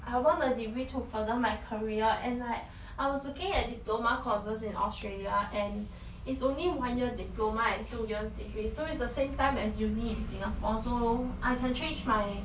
I want a degree to further my career and like I was looking at diploma courses in australia and it's only one year diploma and two year degree so it's the same time as uni in singapore so I can change my